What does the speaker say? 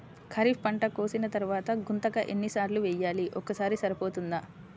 ఖరీఫ్ పంట కోసిన తరువాత గుంతక ఎన్ని సార్లు వేయాలి? ఒక్కసారి సరిపోతుందా?